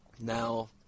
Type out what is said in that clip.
Now